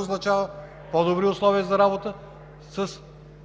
означава по-добри условия за работа, с